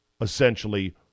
essentially